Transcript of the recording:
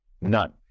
None